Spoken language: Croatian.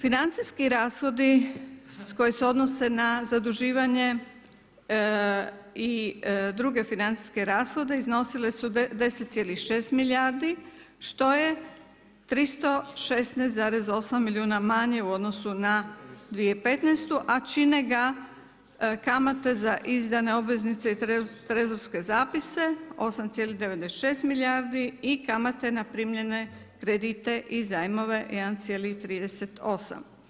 Financijski rashodi koji se odnose na zaduživanje i druge financijske rashode iznosile su 10,6 milijardi što je 316,8 milijuna manje u odnosu na 2015., a čine ga kamate za izdane obveznice i trezorske zapise 8,96 milijardi i kamate na primljene kredite i zajmove 1,38.